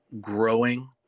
growing